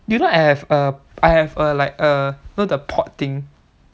you know I have a I have a like a you know the pot thing